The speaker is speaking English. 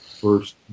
first